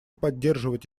поддерживать